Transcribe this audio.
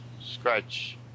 scratch